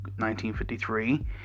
1953